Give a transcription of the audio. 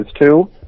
two